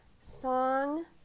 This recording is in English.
song